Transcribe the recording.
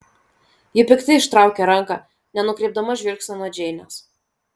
ji piktai ištraukė ranką nenukreipdama žvilgsnio nuo džeinės